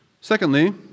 Secondly